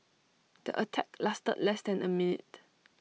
the attack lasted less than A minute